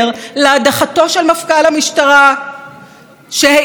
שהעז שלא לבלום את החקירה נגד ראש הממשלה.